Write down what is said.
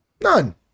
None